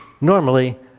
normally